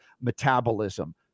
metabolism